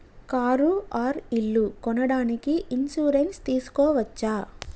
Car or ఇల్లు కొనడానికి insurance తీస్కోవచ్చా?